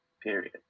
period